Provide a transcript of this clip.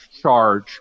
charge